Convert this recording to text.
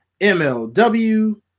MLW